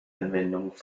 anwendung